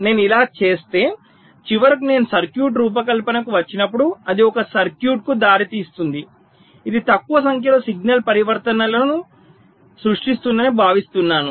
నేను ఇలా చేస్తే చివరకు నేను సర్క్యూట్ రూపకల్పనకు వచ్చినప్పుడు అది ఒక సర్క్యూట్కు దారి తీస్తుందని ఇది తక్కువ సంఖ్యలో సిగ్నల్ పరివర్తనలను సృష్టిస్తుందని భావిస్తున్నాను